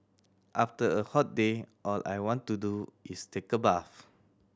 after a hot day all I want to do is take a bath